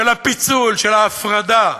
של הפיצול, של ההפרדה,